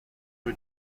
due